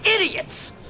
idiots